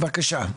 בבקשה.